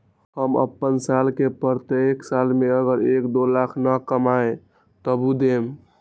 हम अपन साल के प्रत्येक साल मे अगर एक, दो लाख न कमाये तवु देम?